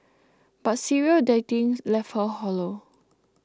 but serial dating left her hollow